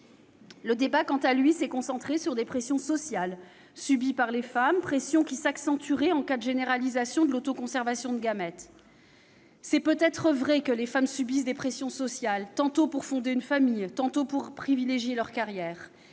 Le débat, quant à lui, s'est concentré sur les pressions sociales subies par les femmes, pressions qui s'accentueraient en cas de généralisation de l'autoconservation de gamètes. Il est peut-être vrai que les femmes subissent des pressions sociales, tantôt pour fonder une famille, tantôt pour privilégier leur carrière.